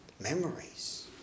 memories